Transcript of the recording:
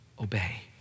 obey